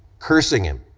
cursing him,